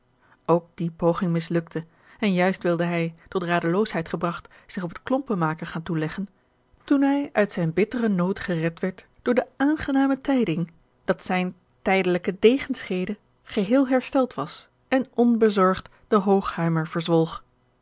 ook die poging mislukte en juist wilde hij tot radeloosheidgebragt zich op het klompenmaken gaan toeleggen toen hij uit zijn bitteren nood gered werd door de aangename tijding dat zijne tijdelijke degenscheede geheel hersteld was en onbezorgd den hochheimer verzwolg